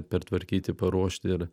pertvarkyti paruošti ir